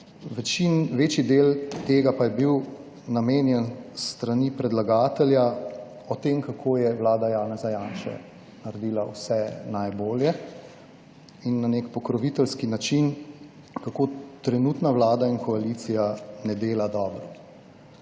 večji del tega pa je bil namenjen s strani predlagatelja o tem, kako je vlada Janeza Janše naredila vse najbolje in na nek pokroviteljski način, kako trenutna Vlada in koalicija ne dela dobro,